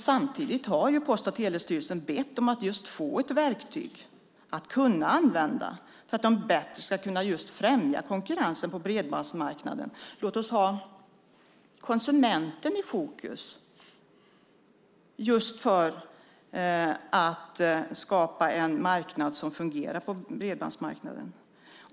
Samtidigt har Post och telestyrelsen bett om att få ett verktyg att använda för att bättre kunna främja konkurrensen på bredbandsmarknaden. Låt oss ha konsumenten i fokus för att skapa en fungerande bredbandsmarknad.